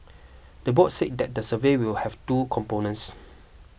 the board say that the survey will have two components